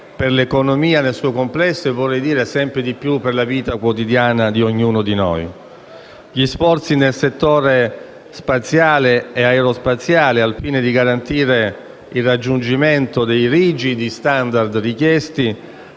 per l'economia nel suo complesso e sempre di più per la vita quotidiana di ciascuno di noi. Gli sforzi nel settore spaziale e aerospaziale, al fine di garantire il raggiungimento dei rigidi *standard* richiesti,